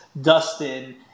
Dustin